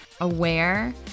aware